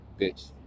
bitch